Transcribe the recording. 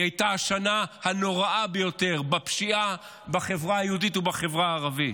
היא הייתה השנה הנוראה ביותר בפשיעה בחברה היהודית ובחברה הערבית,